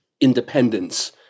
independence